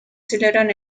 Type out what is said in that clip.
celebran